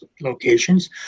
locations